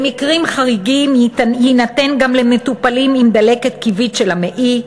במקרים חריגים יינתן גם למטופלים עם דלקת כיבית של המעי,